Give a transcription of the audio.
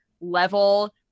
level